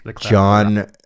John